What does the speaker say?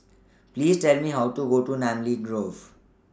Please Tell Me How to Go to Namly Grove